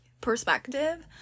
perspective